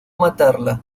matarla